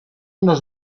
nos